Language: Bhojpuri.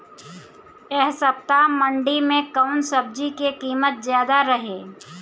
एह सप्ताह मंडी में कउन सब्जी के कीमत ज्यादा रहे?